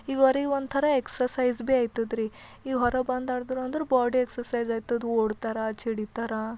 ಈಗ ಅವ್ರಿಗೆ ಒಂಥರ ಎಕ್ಸರ್ಸೈಸ್ ಭೀ ಆಯ್ತದ್ರಿ ಈಗ ಹೊರಗೆ ಬಂದು ಆಡಿದ್ರ ಅಂದ್ರೆ ಬಾಡಿ ಎಕ್ಸರ್ಸೈಸ್ ಆಯ್ತದ ಓಡ್ತಾರ ಚಡೀತರ